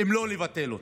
אם לא לבטל אותו.